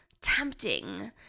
tempting